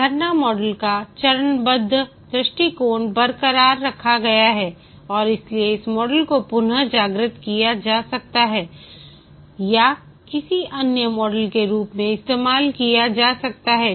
झरना मॉडल का चरणबद्ध दृष्टिकोण बरकरार रखा गया है और इसलिए इस मॉडल को पुन जागृत किया जा सकता है या किसी अन्य मॉडल के रूप में इस्तेमाल किया जा सकता है